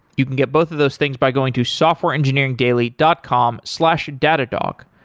you can get both of those things by going to softwareengineeringdaily dot com slash datadog.